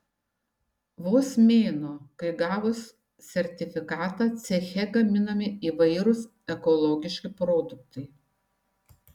vos mėnuo kai gavus sertifikatą ceche gaminami įvairūs ekologiški produktai